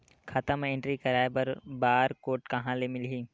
खाता म एंट्री कराय बर बार कोड कहां ले मिलही?